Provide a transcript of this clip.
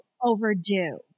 Overdue